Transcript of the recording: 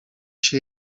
się